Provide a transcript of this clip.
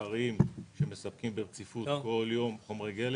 עיקריים שמספקים ברציפות כל יום חומרי גלם.